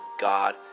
God